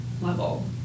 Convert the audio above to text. level